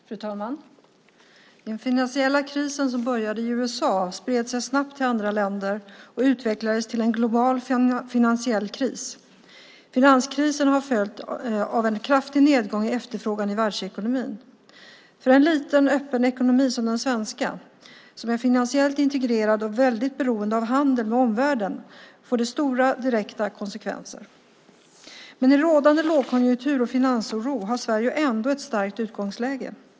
Fru talman! Den finansiella kris som började i USA spred sig snabbt till andra länder och utvecklades till en global finansiell kris. Finanskrisen har följts av en kraftig nedgång i efterfrågan i världsekonomin. För en liten öppen ekonomi som den svenska, som är finansiellt integrerad och väldigt beroende av handel med omvärlden, får det stora direkta konsekvenser. Men i rådande lågkonjunktur och finansoro har Sverige ändå ett starkt utgångsläge.